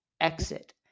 exit